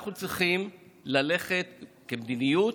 אנחנו צריכים ללכת, כמדיניות,